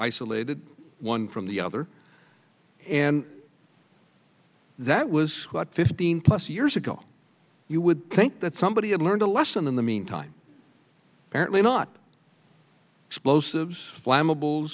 isolated one from the other and that was what fifteen plus years ago you would think that somebody had learned a lesson in the meantime apparently not explosives flammable